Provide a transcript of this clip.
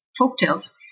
folktales